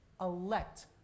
elect